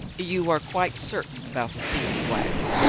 you are quite certain about the sealing-wax?